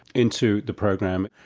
into the program.